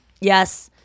Yes